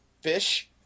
fish